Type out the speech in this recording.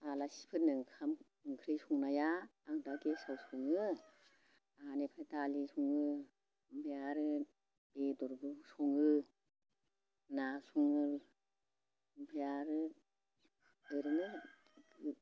आलासिफोरनो ओंखाम ओंख्रि संनाया आं दा गेसआव सङो बेनिफ्राय दालि सङो ओमफ्राय आरो बेदरबो सङो ना सङो ओमफ्राय आरो ओरैनो